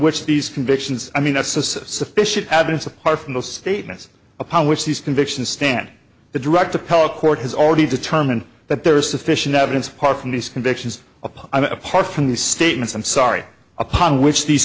which these convictions i mean uscis of sufficient evidence apart from the statements upon which these convictions stand the direct appellate court has already determined that there is sufficient evidence apart from these convictions upon apart from the statements i'm sorry upon which these